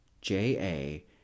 J-A